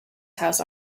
house